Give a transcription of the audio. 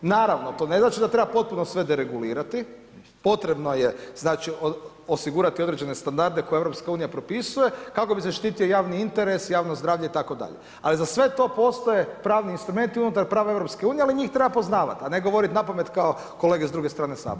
Naravno, to ne znači da treba potpuno sve deregulirati, potrebno je, znači, osigurati određene standarde koje EU propisuje, kako bi se zaštitio javni interes, javno zdravlje itd., ali za sve to postoje pravni instrumenti unutar prava EU, ali njih treba poznavat, a ne govorit napamet kao kolege s druge strane Sabornice.